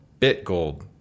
Bitgold